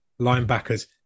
linebackers